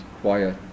quiet